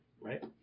right